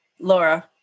Laura